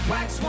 Wax